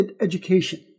education